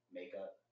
makeup